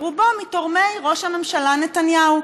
ברובו מתורמי ראש הממשלה נתניהו.